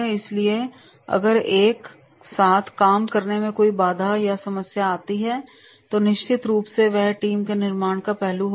इसलिए अगर एक साथ काम करने में कोई बाधा या समस्या आती है तो निश्चित रूप से वह टीम के निर्माण का पहलू होगा